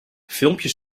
filmpjes